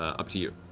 up to you.